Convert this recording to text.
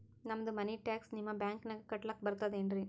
ನಮ್ದು money tax ನಿಮ್ಮ ಬ್ಯಾಂಕಿನಾಗ ಕಟ್ಲಾಕ ಬರ್ತದೇನ್ರಿ?